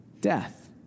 death